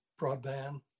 broadband